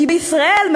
כי בישראל,